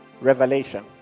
revelation